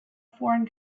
foreign